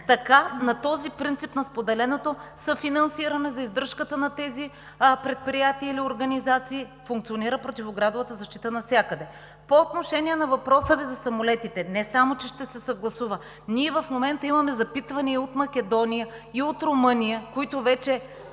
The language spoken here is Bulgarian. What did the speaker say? такова. На този принцип на споделеното съфинансиране за издръжката на тези предприятия или организации функционира противоградовата защита навсякъде. По отношение на въпроса Ви за самолетите. Не само че ще се съгласува, ние в момента имаме запитвания и от Македония, и от Румъния, които вече